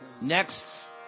Next